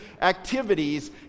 activities